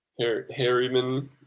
harryman